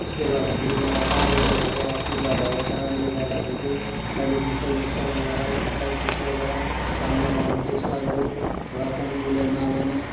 यसले गर्दाखेरि मलाई काम गर्नु धेरै असुविधा भएको कारणले गर्दाखेरि चाहिँ मैले बिस्तारै बिस्तारै उहाँलाई फकाइ फुस्लाइ गराइ काममा लगाउने चेष्टा गरेँ र पनि उसले मानेन